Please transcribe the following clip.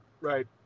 right